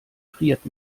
friert